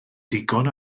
digon